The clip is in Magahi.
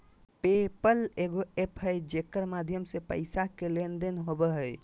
पे पल एगो एप्प है जेकर माध्यम से पैसा के लेन देन होवो हय